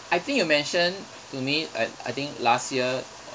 I think you mentioned to me uh I think last year